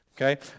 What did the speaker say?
okay